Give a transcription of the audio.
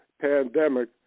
pandemic